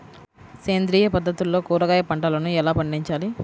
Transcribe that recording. సేంద్రియ పద్ధతుల్లో కూరగాయ పంటలను ఎలా పండించాలి?